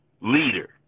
leader